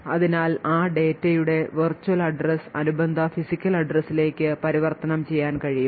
അതിനാൽ ആ ഡാറ്റയുടെ വെർച്വൽ address അനുബന്ധ ഫിസിക്കൽ address ലേക്ക് പരിവർത്തനം ചെയ്യാൻ കഴിയും